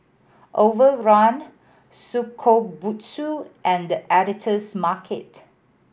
Overrun Shokubutsu and The Editor's Market